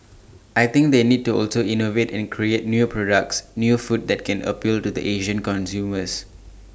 I think they need to also innovate and create new products new food that can appeal to the Asian consumers